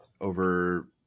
over